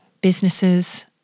businesses